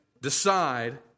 decide